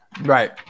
right